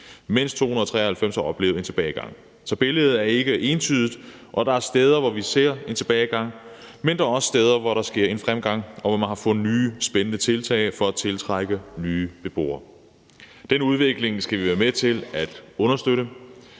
mens 293 har oplevet en fremgang. Så billedet er ikke entydigt, og der er steder, hvor vi ser en tilbagegang, men der er også steder, hvor der sker en fremgang, og hvor man har fundet nye spændende tiltag for at tiltrække nye beboere. Den udvikling skal vi være med til at understøtte,